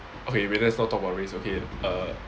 okay wait let's not talk about race okay uh